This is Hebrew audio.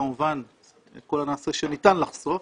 כמובן את כל הנעשה שניתן לחשוף,